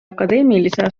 akadeemilise